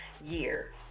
year